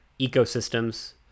ecosystems